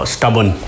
Stubborn